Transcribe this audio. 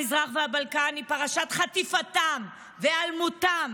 המזרח והבלקן היא פרשת חטיפתם והיעלמותם